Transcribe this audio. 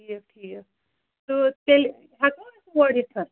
اچھا ٹھیٖک تہٕ تیٚلہِ ہیٚکوا أسۍ اور یِتھ